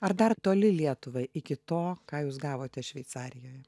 ar dar toli lietuvai iki to ką jūs gavote šveicarijoje